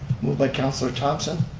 moved by councilor thompson.